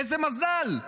איזה מזל.